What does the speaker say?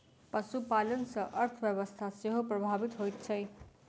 पशुपालन सॅ अर्थव्यवस्था सेहो प्रभावित होइत छै